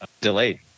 delayed